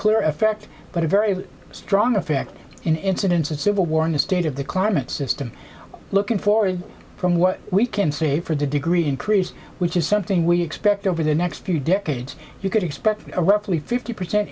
clear effect but a very strong effect in incidents of civil war in the state of the climate system looking forward from what we can say for the degree increase which is something we expect over the next few decades you could expect a roughly fifty percent